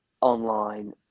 online